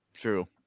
true